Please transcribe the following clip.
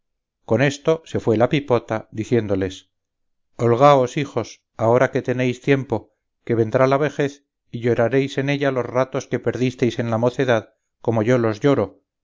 con esto se fue la pipota diciéndoles holgaos hijos ahora que tenéis tiempo que vendrá la vejez y lloraréis en ella los ratos que perdistes en la mocedad como yo los lloro